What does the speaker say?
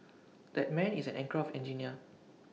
that man is an aircraft engineer